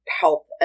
help